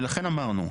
ולכן אמרנו,